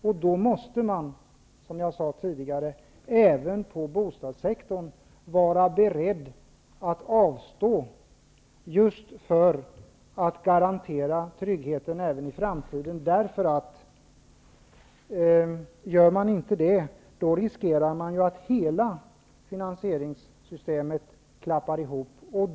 Man måste, som jag sade tidigare, även inom bostadssektorn vara beredd att avstå just för att garantera tryggheten även i framtiden. Gör man inte det riskerar man att hela finansieringssystemet klappar ihop.